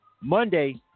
Monday